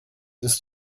ist